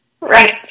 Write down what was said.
Right